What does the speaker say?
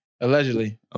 Allegedly